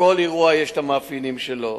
לכל אירוע יש המאפיינים שלו.